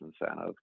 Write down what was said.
incentive